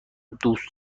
دوست